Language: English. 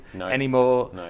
anymore